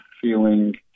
feeling